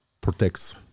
protects